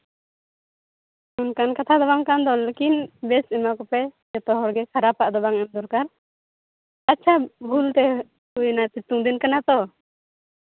ᱚᱱᱠᱟᱱ ᱠᱟᱛᱷᱟ ᱫᱚ ᱵᱟᱝ ᱠᱟᱱᱜᱮ ᱞᱮᱠᱤᱱ ᱵᱮᱥ ᱮᱢᱟ ᱠᱚᱯᱮ ᱠᱷᱟᱨᱟᱯᱟᱜ ᱫᱚ ᱵᱟᱝ ᱮᱢ ᱫᱚᱨᱠᱟᱨ ᱟᱪᱪᱷᱟ ᱵᱷᱩᱞ ᱛᱮ ᱦᱩᱭᱱᱟ ᱥᱮᱛᱳᱝ ᱫᱤᱱ ᱠᱟᱱᱟ ᱛᱚ